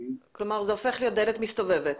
נוספים -- כלומר זה הופך להיות דלת מסתובבת.